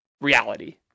reality